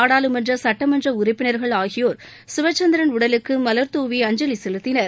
நாடாளுமன்ற சட்டமன்ற உறுப்பினர்கள் ஆகியோர் சிவச்சந்திரன் உடலுக்கு மலர் தூவி அஞ்சலி செலுத்தினர்